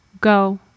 Go